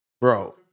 Bro